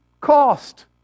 cost